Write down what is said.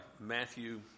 Matthew